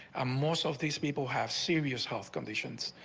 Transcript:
ah most of these people have serious health conditions.